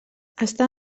està